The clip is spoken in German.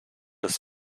des